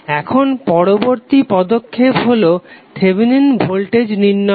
এখন পরবর্তী পদক্ষেপ হলো থেভেনিন ভোল্টেজ নির্ণয় করা